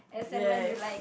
yes